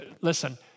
listen